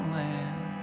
land